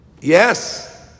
Yes